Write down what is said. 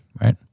Right